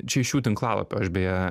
čia iš jų tinklalapio aš beje